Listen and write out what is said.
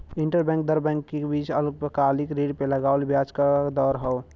interbank दर bank के बीच अल्पकालिक ऋण पे लगावल ब्याज क दर हौ